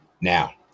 Now